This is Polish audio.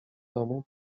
domu